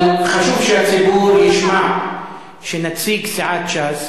אבל חשוב שהציבור ישמע שנציג סיעת ש"ס,